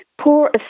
Poor